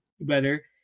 better